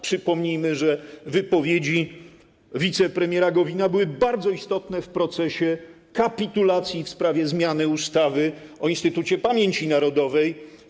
Przypomnijmy, że wypowiedzi wicepremiera Gowina były bardzo istotne w procesie kapitulacji, w sprawie zmiany ustawy o Instytucie Pamięci Narodowej.